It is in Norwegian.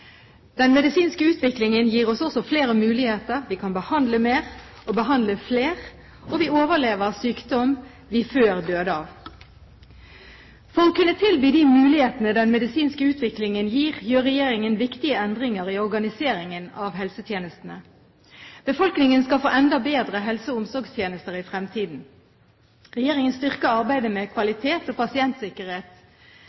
Den medisinske utviklingen gir oss også flere muligheter. Vi kan behandle mer og behandle flere, og vi overlever sykdom vi før døde av. For å kunne tilby de mulighetene den medisinske utviklingen gir, gjør regjeringen viktige endringer i organiseringen av helsetjenestene. Befolkningen skal få enda bedre helse- og omsorgstjenester i fremtiden. Regjeringen styrker arbeidet med